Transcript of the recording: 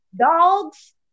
Dogs